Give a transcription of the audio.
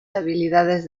habilidades